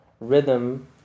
rhythm